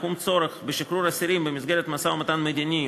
יקום צורך בשחרור אסירים במסגרת משא-ומתן מדיני,